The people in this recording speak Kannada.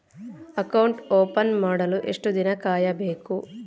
ಅಕೌಂಟ್ ಓಪನ್ ಮಾಡಲು ಎಷ್ಟು ದಿನ ಕಾಯಬೇಕು?